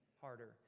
harder